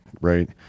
Right